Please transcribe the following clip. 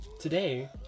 Today